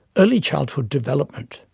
early childhood development,